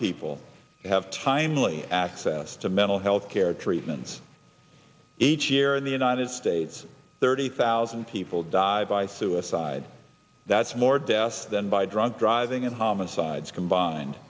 people to have timely access to mental health care treatments each year in the united states thirty thousand people die by suicide that's more deaths than by drunk driving and homicides combined